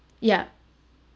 yup